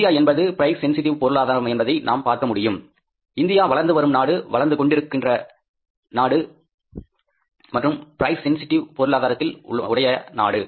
India என்பது price sensitive பொருளாதாரம் என்பதை நாம் பார்க்க முடியும் இந்தியா வளர்ந்து வரும் நாடு வளர்ந்து கொண்டிருக்கின்றன மற்றும் பிரைஸ் சென்சிட்டிவ் பொருளாதாரத்தில் உடையநாடு